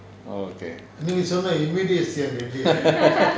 oh okay